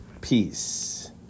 peace